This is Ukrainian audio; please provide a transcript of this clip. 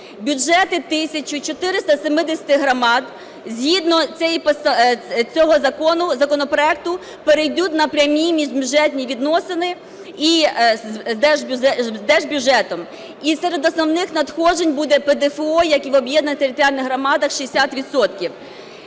Бюджети 1470 громад згідно цього закону, законопроекту перейдуть на прямі міжбюджетні відносини з держбюджетом. І серед основних надходжень буде ПДФО, як і в об'єднаних територіальних громадах, 60